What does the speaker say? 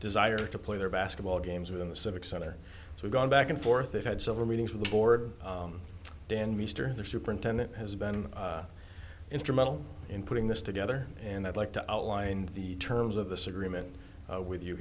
desire to play their basketball games within the civic center so we've gone back and forth and had several meetings with the board dan mr the superintendent has been instrumental in putting this together and i'd like to outline the terms of this agreement with you